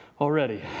already